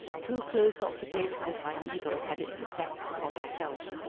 too close occupation with my needle had its effects upon my health,